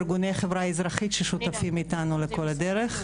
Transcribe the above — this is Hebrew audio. ארגוני חברה אזרחית ששותפים איתנו לכל הדרך.